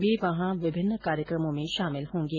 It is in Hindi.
वे वहां विभिन्न कार्यक्रमों में शामिल होंगे